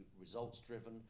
results-driven